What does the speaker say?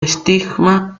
estigma